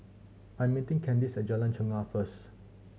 I'm meeting Candis at Jalan Chegar first